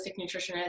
nutritionist